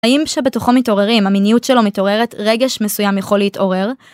האם שבתוכו מתעוררים המיניות שלו מתעוררת רגש מסוים יכול להתעורר?